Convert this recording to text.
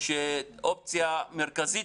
האופציה הזו כאופציה מרכזית.